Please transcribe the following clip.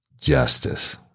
justice